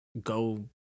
go